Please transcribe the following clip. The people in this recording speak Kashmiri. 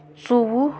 ژوٚوُہ